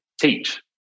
teach